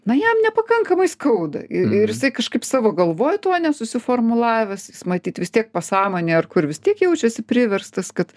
na jam nepakankamai skauda ir jisai kažkaip savo galvoj to nesusiformulavęs jis matyt vis tiek pasąmonėj ar kur vis tiek jaučiasi priverstas kad